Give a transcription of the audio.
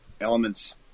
elements